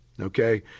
Okay